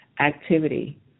activity